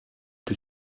que